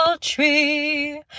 tree